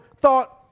thought